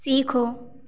सीखो